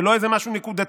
זה לא איזה משהו נקודתי,